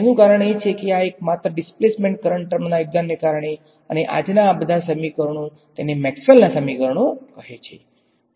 તેનુ કારણ એ છે કે આ એક માત્ર ડિસ્પ્લેસમેન્ટ કરંટ ટર્મના યોગદાનને કારણે અને આજના આ બધાં સમીકરણોને તેને મેક્સવેલના સમીકરણો કહે છે